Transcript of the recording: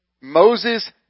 Moses